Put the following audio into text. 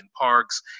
parks